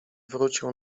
wrócił